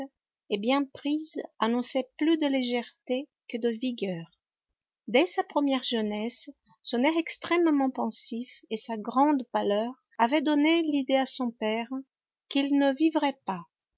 et bien prise annonçait plus de légèreté que de vigueur dès sa première jeunesse son air extrêmement pensif et sa grande pâleur avaient donné l'idée à son père qu'il ne vivrait pas